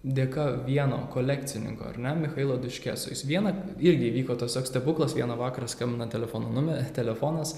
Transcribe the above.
dėka vieno kolekcininko ar ne michailo duškeso jis vieną irgi įvyko tos toks stebuklas vieną vakarą skambina telefono nume telefonas